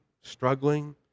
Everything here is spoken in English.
struggling